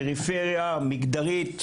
פריפריה מגדרית,